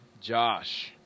Josh